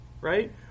right